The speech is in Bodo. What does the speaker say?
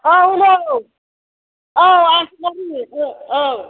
औ नंगौ औ आं सनारि ओ औ